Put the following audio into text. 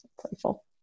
playful